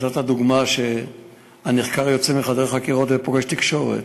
נתת דוגמה שהנחקר יוצא מחדר החקירות ופוגש תקשורת.